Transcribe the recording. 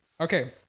Okay